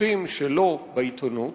ציטוטים שלו בעיתונות,